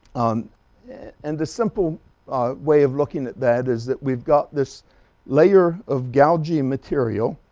um and the simple way of looking at that is that we've got this layer of gouging material.